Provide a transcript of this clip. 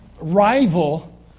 rival